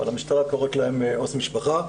אבל המשטרה קוראת להם עו"ס משפחה.